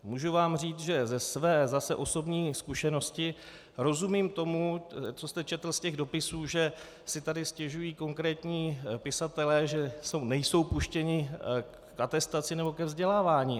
Můžu vám říct, že ze své zase osobní zkušenosti rozumím tomu, co jste četl z těch dopisů, že si tady stěžují konkrétní pisatelé, že nejsou puštěni k atestaci nebo ke vzdělávání.